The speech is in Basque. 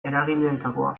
eragileetakoa